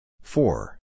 Four